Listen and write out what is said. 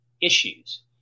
issues